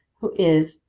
who is,